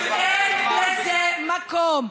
אין לזה מקום.